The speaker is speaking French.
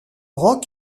rat